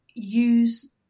use